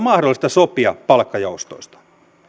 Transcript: mahdollista sopia palkkajoustoista